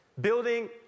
building